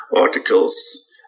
articles